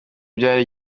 byari